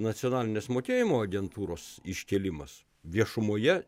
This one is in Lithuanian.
nacionalinės mokėjimo agentūros iškėlimas viešumoje